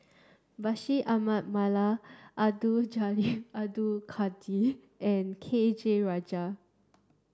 Bashir Ahmad Mallal Abdul Jalil Abdul Kadir and K J Rajah